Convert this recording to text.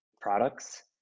products